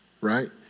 Right